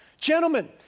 Gentlemen